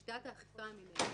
שיטת האכיפה המינהלית,